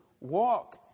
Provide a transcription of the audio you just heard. walk